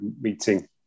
meeting